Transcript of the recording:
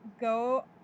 go